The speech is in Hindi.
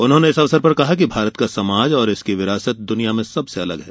उन्होंने इस अवसर पर कहा कि भारत का समाज और इसकी विरासत दुनिया में सबसे अलग है